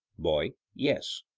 boy yes.